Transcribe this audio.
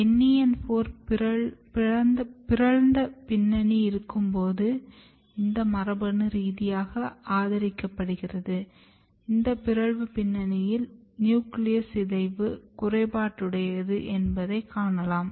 NEN 4 பிறழ்ந்த பின்னணி இருக்கும்போது இது மரபணு ரீதியாக ஆதரிக்கப்படுகிறது இந்த பிறழ்ந்த பின்னணியில் நியூக்ளியஸ் சிதைவு குறைபாடுடையது என்பதை காணலாம்